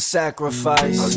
sacrifice